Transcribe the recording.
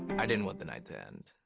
i didn't want the night to end.